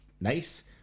nice